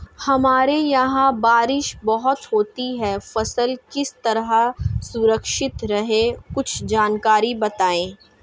हमारे यहाँ बारिश बहुत होती है फसल किस तरह सुरक्षित रहे कुछ जानकारी बताएं?